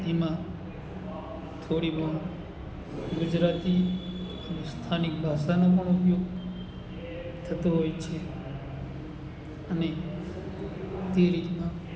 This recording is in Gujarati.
તેમાં થોડી પણ ગુજરાતી અને સ્થાનિક ભાષાનો પણ ઉપયોગ થતો હોય છે અને તે રીતના